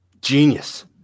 genius